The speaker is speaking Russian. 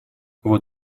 вот